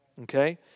Okay